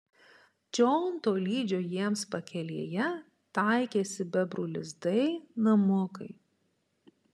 čion tolydžio jiems pakelėje taikėsi bebrų lizdai namukai